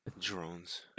Drones